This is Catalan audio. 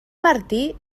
martí